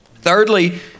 Thirdly